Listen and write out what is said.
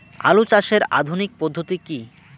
আলু চাষের আধুনিক পদ্ধতি কি?